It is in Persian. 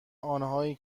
آنهایی